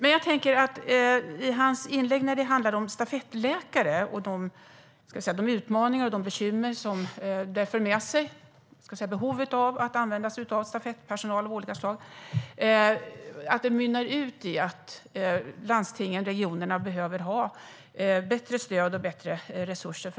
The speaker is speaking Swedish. I sitt anförande talar Staffan Danielsson om stafettläkare och de utmaningar och bekymmer som behovet av att använda sig av stafettpersonal av olika slag för med sig. Min tanke är att detta mynnar ut i att landstingen och regionerna behöver ha bättre stöd och bättre resurser.